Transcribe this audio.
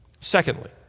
Secondly